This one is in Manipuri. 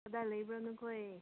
ꯀꯗꯥꯏꯗ ꯂꯩꯕ꯭ꯔ ꯅꯈꯣꯏ